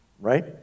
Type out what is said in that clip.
right